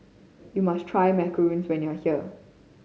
you must try Macarons when you are here